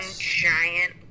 giant